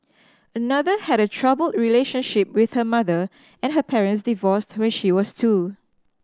another had a troubled relationship with her mother and her parents divorced when she was two